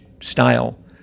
style